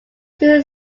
two